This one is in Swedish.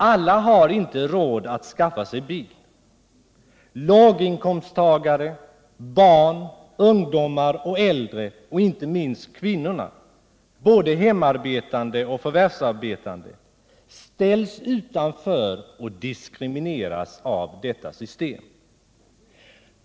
Alla har inte råd att skaffa sig bil. Låginkomsttagare, barn, ungdomar och äldre och inte minst kvinnorna — både hemarbetande och förvärvsarbetande — ställs utanför och diskrimineras av detta system.